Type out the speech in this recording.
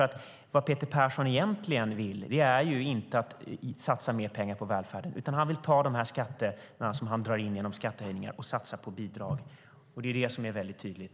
Det Peter Persson egentligen vill är nämligen inte att satsa mer pengar på välfärden, utan han vill ta de här skatterna som han drar in genom skattehöjningar och satsa dem på bidrag. Det är väldigt tydligt.